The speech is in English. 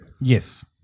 Yes